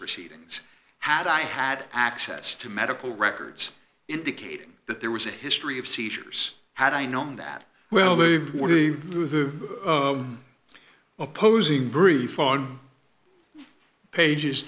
proceedings had i had access to medical records indicating that there was a history of seizures had i known that well they knew the opposing brief on pages